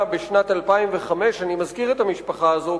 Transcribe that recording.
בשנת 2005. אני מזכיר את המשפחה הזאת,